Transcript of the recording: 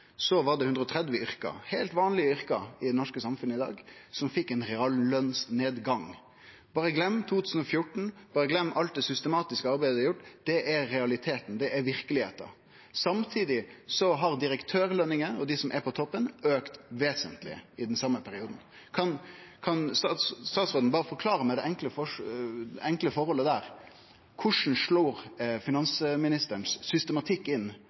var det 130 yrke, heilt vanlege yrke i det norske samfunnet i dag, som fekk ein reallønsnedgang. Berre gløym 2014, berre gløym alt det systematiske arbeidet ein har gjort – det er realiteten, det er verkelegheita. Samtidig har direktørlønningar og lønningar til dei på toppen auka vesentleg i den same perioden. Kan statsråden forklare meg det enkle forholdet der: Korleis slår finansministerens systematikk inn